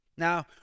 Now